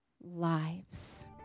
lives